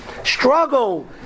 Struggle